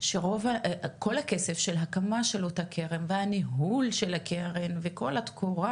שכל הכסף של הקמה של אותה קרן והניהול של הקרן וכל התקורה,